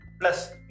Plus